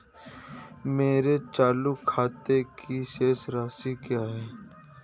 मेरे चालू खाते की शेष राशि क्या है?